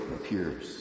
appears